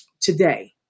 today